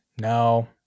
No